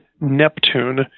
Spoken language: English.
Neptune